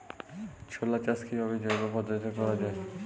ছোলা চাষ কিভাবে জৈব পদ্ধতিতে করা যায়?